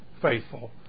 faithful